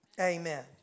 Amen